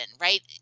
right